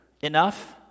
enough